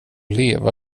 leva